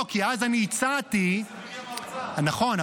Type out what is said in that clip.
נכון,